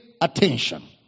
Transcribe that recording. attention